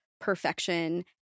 perfection